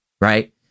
right